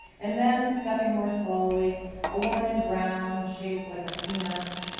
and then stepping more slowly a woman in brown, shaped like a peanut.